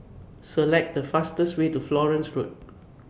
Select The fastest Way to Florence Road